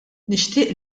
nixtieq